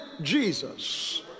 Jesus